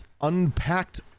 unpacked